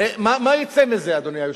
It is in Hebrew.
הרי מה יוצא מזה, אדוני היושב-ראש?